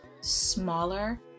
smaller